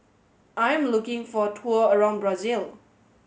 I'm looking for a tour around Brazil